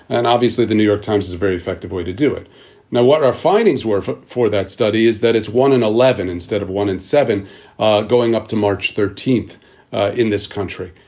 and obviously, the new york times is a very effective way to do it now, what our findings were for for that study is that it's one in eleven instead of one in seven going up to march thirteenth in this country.